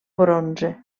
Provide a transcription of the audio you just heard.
bronze